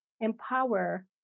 empower